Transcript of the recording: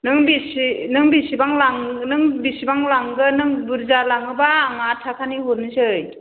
नों बेसे नों बेसेबां नों बेसेबां लांगोन नों बुरजा लाङोबा आं आदथाखानि हरनोसै